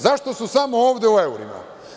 Zašto su samo ovde u eurima?